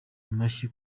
amashyi